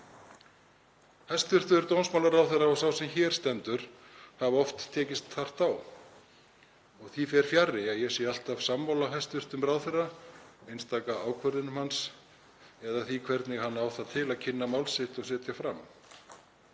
Hæstv. dómsmálaráðherra og sá sem hér stendur hafa oft tekist hart á og því fer fjarri að ég sé alltaf sammála hæstv. ráðherra, einstaka ákvörðunum hans eða því hvernig hann á það til að kynna mál sitt og setja fram.